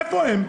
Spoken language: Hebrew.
איפה הם?